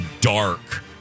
dark